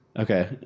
Okay